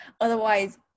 Otherwise